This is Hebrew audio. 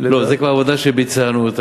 לא, זו עבודה שכבר ביצענו.